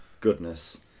goodness